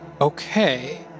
okay